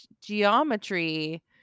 geometry